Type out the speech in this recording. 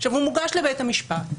הוא מוגש לבית המשפט,